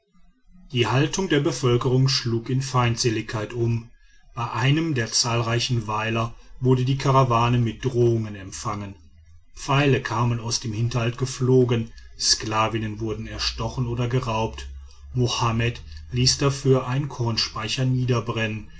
die haltung der bevölkerung schlug in feindseligkeit um bei einem der zahlreichen weiler wurde die karawane mit drohungen empfangen pfeile kamen aus dem hinterhalt geflogen sklavinnen wurden erstochen oder geraubt mohammed ließ dafür einen kornspeicher niederbrennen